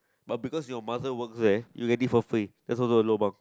but because your mother works there you get it for free that's also a lobang